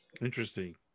Interesting